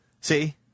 See